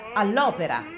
all'opera